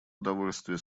удовольствие